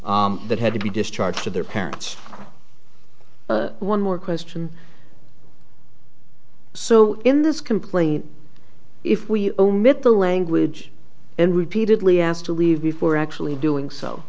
that had to be discharged to their parents one more question so in this complaint if we omit the language and repeatedly asked to leave before actually doing so